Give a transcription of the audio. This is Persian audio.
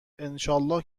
انشااله